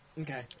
okay